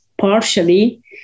partially